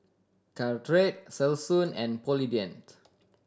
Caltrate Selsun and Polident